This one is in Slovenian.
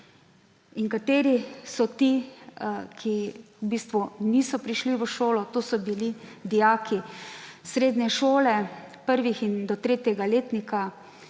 In kateri so ti, ki v bistvu niso prišli v šolo? To so bili dijaki. Srednje šole, od prvega do tretjega letnika,